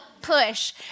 push